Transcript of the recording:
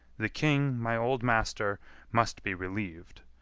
the king my old master must be relieved.